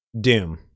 Doom